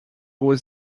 was